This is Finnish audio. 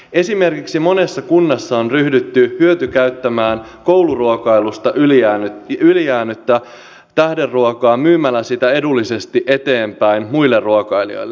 esimerkiksi monessa kunnassa on ryhdytty hyötykäyttämään kouluruokailusta ylijäänyttä tähderuokaa myymällä sitä edullisesti eteenpäin muille ruokailijoille